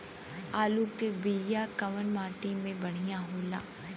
आलू के बिया कवना माटी मे बढ़ियां होला?